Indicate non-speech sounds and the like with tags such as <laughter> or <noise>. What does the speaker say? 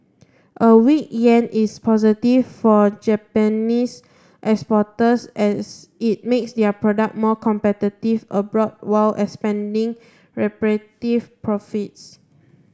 a weak yen is positive for Japanese exporters as it makes their product more competitive abroad while expanding <unintelligible> profits